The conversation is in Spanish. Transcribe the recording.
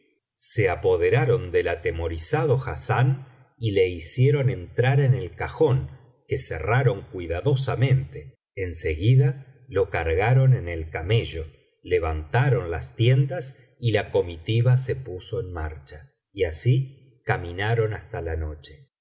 noche apoderaron del atemorizado hassán y le hicieron entrar en el cajón que cerraron cuidadosamente en seguida lo cargaron en el camello levantaron las tiendas y la comitiva se puso en marcha y así caminaron hasta la noche